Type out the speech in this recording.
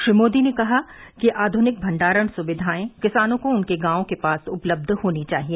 श्री मोदी ने कहा कि आध्निक भंडारण सुविधाएं किसानों को उनके गांवों के पास उपलब्ध होनी चाहिए